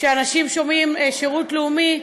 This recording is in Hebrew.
כשאנשים שומעים שירות לאומי,